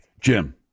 Jim